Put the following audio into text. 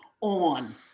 on